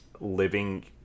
living